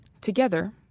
Together